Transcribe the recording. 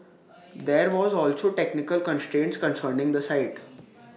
there were also technical constraints concerning the site